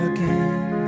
Again